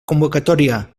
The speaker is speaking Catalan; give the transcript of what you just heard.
convocatòria